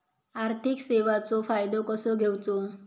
आर्थिक सेवाचो फायदो कसो घेवचो?